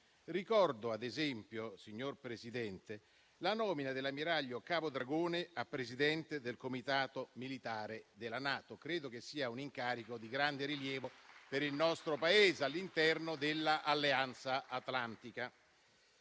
Ricordo, ad esempio, signor Presidente, la nomina dell'ammiraglio Cavo Dragone a presidente del Comitato militare della NATO. Credo sia un incarico di grande rilievo per il nostro Paese all'interno dell'Alleanza